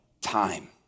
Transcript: time